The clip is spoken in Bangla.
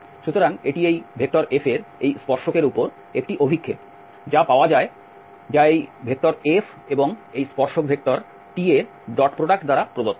সুতরাং এটি এই F এর এই স্পর্শকের উপর একটি অভিক্ষেপ যা পাওয়া যায় যা এই F এবং এই স্পর্শক ভেক্টর T এর ডট প্রোডাক্ট দ্বারা প্রদত্ত